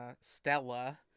Stella